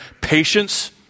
patience